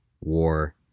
war